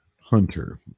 Hunter